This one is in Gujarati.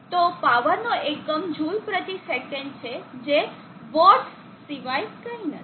તો પાવરનો એકમ જુલ પ્રતિ સેકંડ joulessec છે જે વોટ્સ સિવાય કંઈ નથી